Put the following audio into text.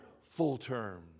full-term